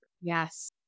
Yes